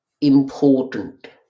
important